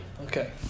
okay